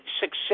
success